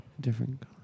Different